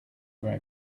where